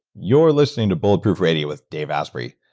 you're listening to bulletproof radio with dave asprey.